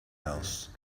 else